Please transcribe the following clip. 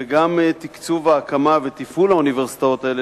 וגם תקצוב ההקמה ותפעול האוניברסיטאות האלה,